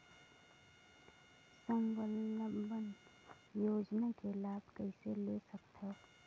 स्वावलंबन योजना के लाभ कइसे ले सकथव?